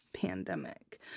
pandemic